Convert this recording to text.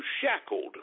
shackled